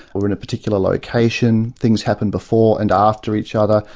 we're in a particular location, things happen before and after each other,